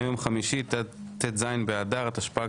היום ט"ז באדר התשפ"ג,